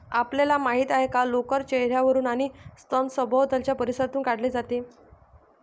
आपल्याला माहित आहे का लोकर चेहर्यावरून आणि स्तन सभोवतालच्या परिसरातून काढले जाते